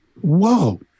whoa